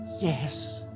yes